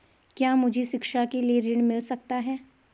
क्या मुझे शिक्षा के लिए ऋण मिल सकता है?